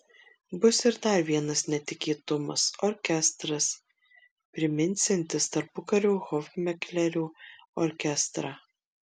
bus ir dar vienas netikėtumas orkestras priminsiantis tarpukario hofmeklerio orkestrą